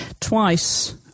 twice